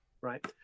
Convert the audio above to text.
Right